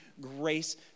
grace